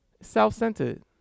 Self-centered